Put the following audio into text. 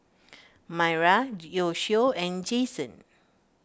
Myra Yoshio and Jasen